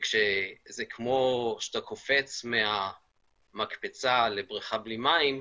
זה כמו שאתה קופץ מהמקפצה לבריכה בלי מים,